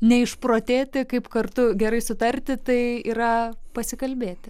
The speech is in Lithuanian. neišprotėti kaip kartu gerai sutarti tai yra pasikalbėti